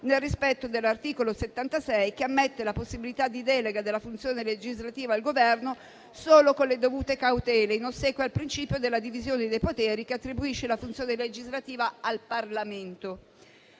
nel rispetto dell'articolo 76, che ammette la possibilità di delega della funzione legislativa al Governo solo con le dovute cautele, in ossequio al principio della divisione dei poteri, che attribuisce la funzione legislativa al Parlamento.